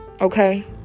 Okay